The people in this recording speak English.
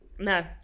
No